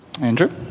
Andrew